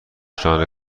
شانه